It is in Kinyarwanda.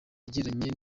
yagiranye